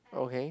okay